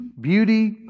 beauty